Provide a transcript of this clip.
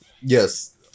Yes